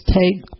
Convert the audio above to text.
take